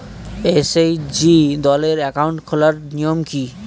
SHG দলের account খোলার নিয়ম কী?